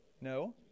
No